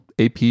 AP